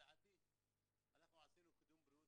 נגיד אם אנחנו מדברים על פגיעה לאחור,